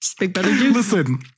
listen